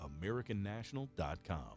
AmericanNational.com